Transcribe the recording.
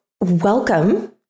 welcome